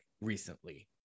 recently